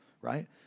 right